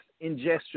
ingestion